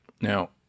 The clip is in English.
Now